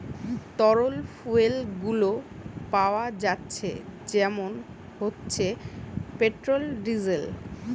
তরল ফুয়েল গুলো পাওয়া যাচ্ছে যেমন হচ্ছে পেট্রোল, ডিজেল